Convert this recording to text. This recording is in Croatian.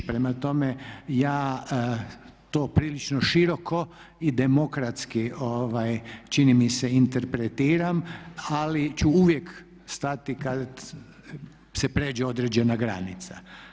Prema tome, ja to prilično široko i demokratski čini mi se interpretiram, ali ću uvijek stati kada se prijeđe određena granica.